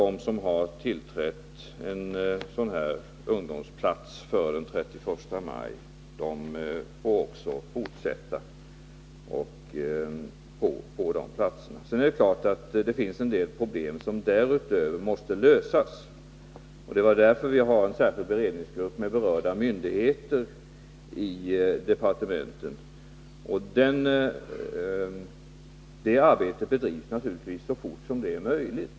De som har tillträtt en sådan ungdomsplats före den 31 maj får också fortsätta på den platsen. Sedan är det klart att det därutöver finns en del problem som måste lösas. Det är därför vi har en särskild beredningsgrupp med berörda myndigheter inom departementet. Det arbetet bedrivs naturligtvis så fort som det är möjligt.